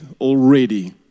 already